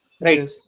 right